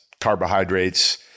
carbohydrates